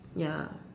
ya